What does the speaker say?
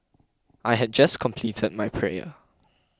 I had just completed my prayer